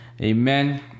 Amen